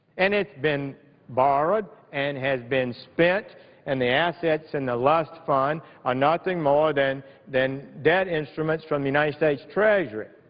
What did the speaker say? and it's been borrowed and has been spent and the assets in the luft fund are nothing more than than debt instruments from the united states treasury.